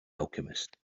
alchemist